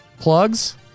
plugs